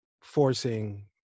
forcing